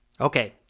Okay